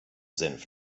senf